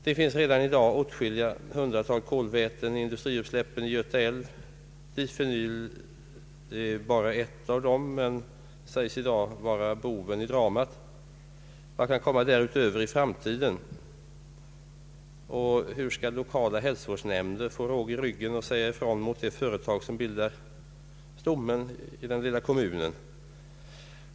Det finns redan i dag åtskilliga hundratal kolväten i industriutsläppen i Göta älv. Difenyl är ett av dem men sägs i dag vara boven i dramat. Vad kan komma därutöver i framtiden, och hur skall lokala hälsovårdsnämnder få råg i ryggen att säga ifrån till de företag, som bildar stommen i den lilla kommunen?